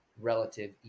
relative